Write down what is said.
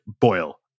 boil